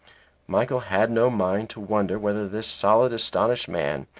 michael had no mind to wonder whether this solid astonished man,